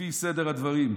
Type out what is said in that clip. לפי סדר הדברים,